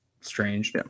strange